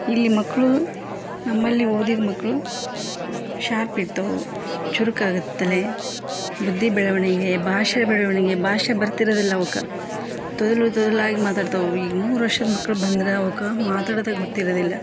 ಇಲ್ಲಿ ಮಕ್ಕಳು ನಮ್ಮಲ್ಲಿ ಓದಿದ ಮಕ್ಕಳು ಶಾರ್ಪಿರ್ತವೆ ಚುರುಕಾಗುತ್ತಲೆ ಬುದ್ದಿ ಬೆಳವಣಿಗೆ ಭಾಷೆ ಬೆಳವಣಿಗೆ ಭಾಷೆ ಬರ್ತಿರೋದಿಲ್ಲ ಅವಕ್ಕೆ ತೊದಲು ತೊದಲಾಗಿ ಮಾತಾಡ್ತವವು ಈ ಮೂರು ವರ್ಷದ ಮಕ್ಕಳು ಬಂದ್ರೆ ಅವಕ್ಕೆ ಮಾತಾಡೋದೆ ಗೊತ್ತಿರೋದಿಲ್ಲ